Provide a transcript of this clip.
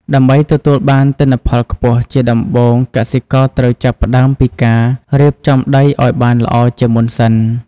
ដើម្បីទទួលបានទិន្នផលខ្ពស់ជាដំបូងកសិករត្រូវចាប់ផ្តើមពីការរៀបចំដីឱ្យបានល្អជាមុនសិន។